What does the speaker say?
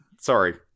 Sorry